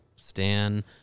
Stan